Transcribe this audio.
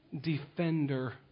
defender